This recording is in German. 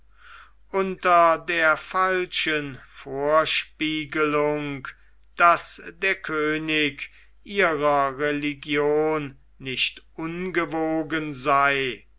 unter der falschen vorspiegelung daß der könig ihrer religion nicht ungewogen sei